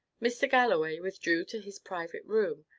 mr. galloway withdrew to his private room,